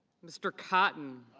mr. cotton.